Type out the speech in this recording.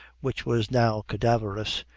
which was now cadaverous,